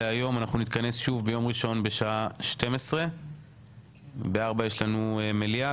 אנחנו נתכנס שוב ביום ראשון בשעה 12:00. בשעה 16:00 יש לנו מליאה.